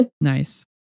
Nice